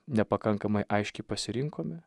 nepakankamai aiški pasirinkome